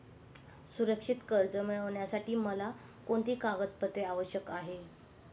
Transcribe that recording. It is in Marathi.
सुरक्षित कर्ज मिळविण्यासाठी मला कोणती कागदपत्रे आवश्यक आहेत